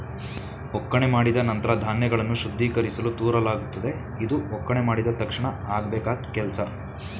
ಒಕ್ಕಣೆ ಮಾಡಿದ ನಂತ್ರ ಧಾನ್ಯಗಳನ್ನು ಶುದ್ಧೀಕರಿಸಲು ತೂರಲಾಗುತ್ತದೆ ಇದು ಒಕ್ಕಣೆ ಮಾಡಿದ ತಕ್ಷಣ ಆಗಬೇಕಾದ್ ಕೆಲ್ಸ